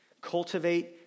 Cultivate